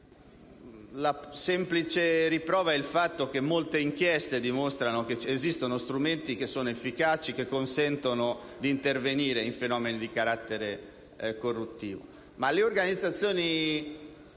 La semplice riprova è il fatto che molte inchieste dimostrano che esistono strumenti efficaci che consentono di intervenire in fenomeni di carattere corruttivo,